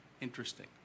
Interesting